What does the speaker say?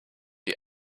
die